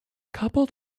coupled